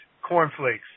cornflakes